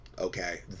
okay